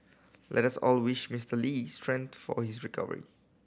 let us all wish Mister Lee strength for his recovery